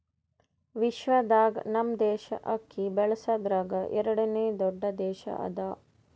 ವಿಶ್ವದಾಗ್ ನಮ್ ದೇಶ ಅಕ್ಕಿ ಬೆಳಸದ್ರಾಗ್ ಎರಡನೇ ದೊಡ್ಡ ದೇಶ ಅದಾ